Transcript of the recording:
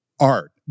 art